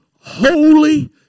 holy